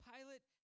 Pilate